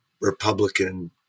Republican